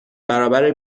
برابر